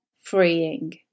freeing